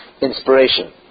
inspiration